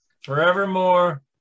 Forevermore